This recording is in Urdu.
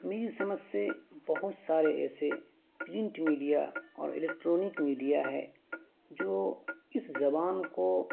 میری سمجھ سے بہت سارے ایسے پرنٹ میڈیا اور الیکٹرانک میڈیا ہے جو اس زبان کو